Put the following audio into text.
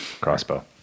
Crossbow